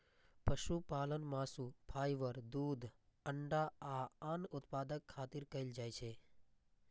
पशुपालन मासु, फाइबर, दूध, अंडा आ आन उत्पादक खातिर कैल जाइ छै